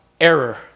error